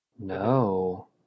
No